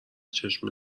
چشم